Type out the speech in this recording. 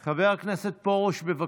חבר הכנסת פרוש, בבקשה.